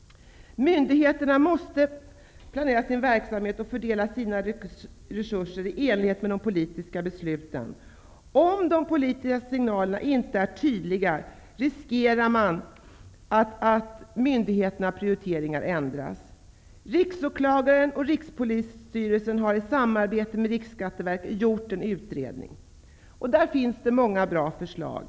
Myndigheterna måste planera sin verksamhet och fördela sina resurser i enlighet med de politiska besluten. Om de politiska signalerna inte är tydliga innebär det risk för att myndigheternas prioriteringar ändras. Riksåklagaren och Rikspolisstyrelsen har i samarbete med Riksskatteverket gjort en utredning, och där finns det många bra förslag.